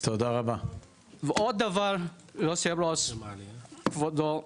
עוד דבר, יושב ראש הוועדה, כבודו,